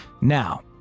Now